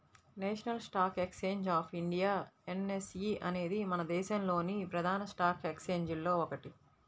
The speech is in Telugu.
national stock exchange of India NSE అనేది మన దేశంలోని ప్రధాన స్టాక్ ఎక్స్చేంజిల్లో ఒకటి